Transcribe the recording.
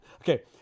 Okay